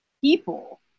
people